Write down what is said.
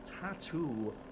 tattoo